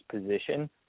position